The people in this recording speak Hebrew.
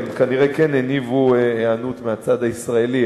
שהם כנראה כן הניבו היענות מהצד הישראלי,